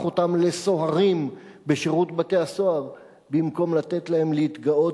אותם לסוהרים בשירות בתי-הסוהר במקום לתת להם להתגאות